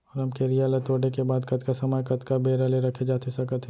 रमकेरिया ला तोड़े के बाद कतका समय कतका बेरा ले रखे जाथे सकत हे?